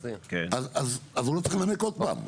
אז הוא לא צריך לנמק עוד פעם.